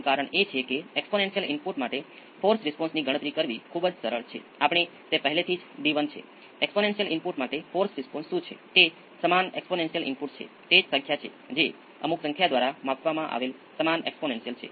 હવે તમે આ અચળાંકો કેવી રીતે શોધી શક્યા તો ચાલો હું તમને કહું કે શરૂઆતમાં 2 વોલ્ટ પસાર કરે છે અને આ કરંટ શરૂઆતમાં 5 મિલી એંપ્સ છે